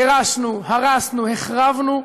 גירשנו, הרסנו, החרבנו,